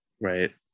Right